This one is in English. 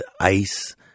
ice